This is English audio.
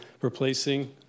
replacing